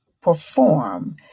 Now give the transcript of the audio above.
perform